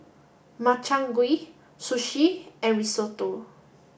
Makchang Gui Sushi and Risotto